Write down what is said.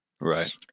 Right